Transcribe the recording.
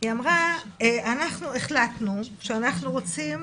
היא אמרה אנחנו החלטנו שאנחנו רוצים